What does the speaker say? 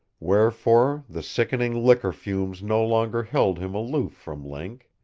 wherefore, the sickening liquor fumes no longer held him aloof from link.